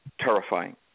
terrifying